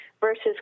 versus